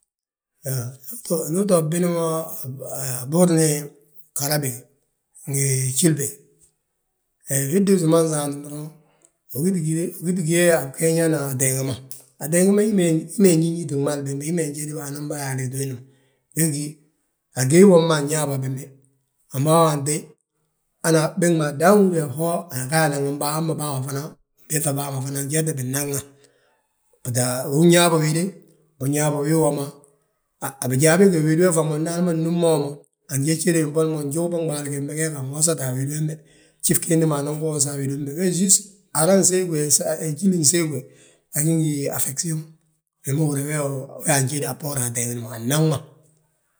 He ndu uto bbini mo a bboorin ghara bége, ngi njíli bége. Wii ddiisi wi ma nsaantini doroŋ, wi giti giye a bgeeñana a teeg ma, ateeg ma hi ma nñiñiti gmali bembege, hi ma njédibà ananbà yaa a liiti willi ma we gí. A gii wom ma anñaabà bembe, a wi ma hi antéy han bégaa daan húri yaa, ho araabâa unbiiŧa bàa ma fana jeted binnaŋna. Tita unñaabà wéde, unñaabà wii wom ma, a bijaa bége wédi ma faŋ ma ndi hali ma nnúmma wi mo. Anjéjede njali ma ubiiŧam bo fjugubun ɓaali gembe gee gi anwosate a wédi wembe, gjif gilli ma anwosati gi a wédi wembe we just hara nsiigi we jíli nsiigi we agí ngi afecsiyon wima húri yaa wee wi anjédi a bboorna ateengini ma, annaŋma.